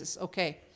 okay